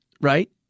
Right